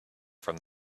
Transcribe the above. from